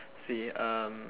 see um